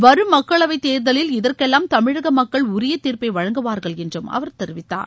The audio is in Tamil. வரும் மக்களவைத் தேர்தவில் இதற்கெல்வாம் தமிழக மக்கள் உரிய தீர்ப்பை வழங்குவார்கள் என்றும் அவர் தெரிவித்தார்